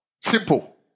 Simple